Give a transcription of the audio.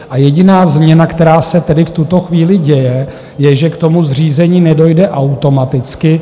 A jediná změna, která se tedy v tuto chvíli děje, je, že k tomu zřízení nedojde automaticky.